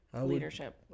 leadership